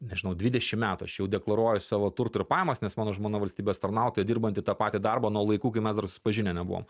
nežinau dvidešimt metų aš jau deklaruoju savo turtą ir pajamas nes mano žmona valstybės tarnautoja dirbanti tą patį darbą nuo laikų kai mes dar susipažinę nebuvom